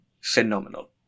phenomenal